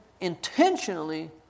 intentionally